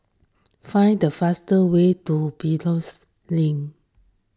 find the fast way to Biopolis Link